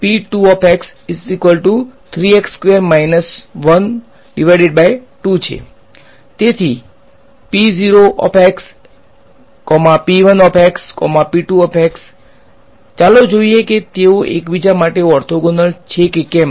તેથી ચાલો જોઈએ કે તેઓ એકબીજા માટે ઓર્થોગોનલ છે કે કેમ